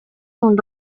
son